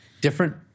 Different